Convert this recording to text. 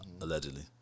Allegedly